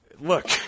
look